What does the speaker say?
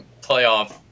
playoff